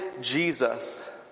Jesus